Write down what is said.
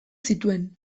zituen